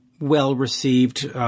well-received